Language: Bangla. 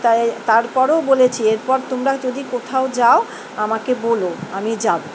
তাই তারপরেও বলেছি এরপর তোমরা যদি কোথাও যাও আমাকে বলো আমি যাবো